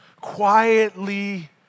Quietly